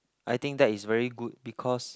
I think that is very good because